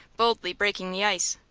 boldly breaking the ice.